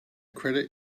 credit